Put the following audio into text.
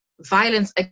Violence